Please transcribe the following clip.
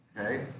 Okay